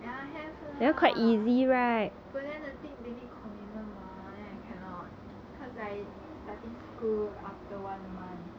ya have lah but then the thing they need commitment mah then I cannot cause I starting school after one month